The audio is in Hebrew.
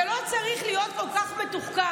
זה לא צריך להיות כל כך מתוחכם.